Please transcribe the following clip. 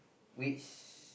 which